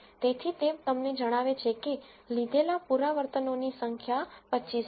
તેથી તે તમને જણાવે છે કે લીધેલા પુનરાવર્તનોની સંખ્યા 25 છે